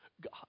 God